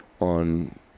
on